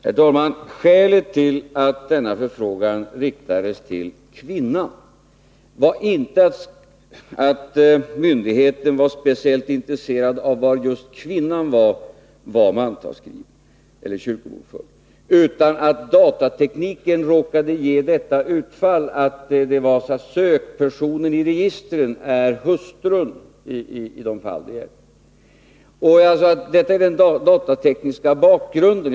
Herr talman! Skälet till att denna förfrågan riktades till kvinnan i familjen var inte att myndigheten var speciellt intresserad av var just kvinnan var mantalsskriven eller kyrkobokförd, utan att datatekniken råkade ge detta utfall. Det är så att sökpersonen i registren är hustrun i de fall det gällde. Detta är den datatekniska bakgrunden.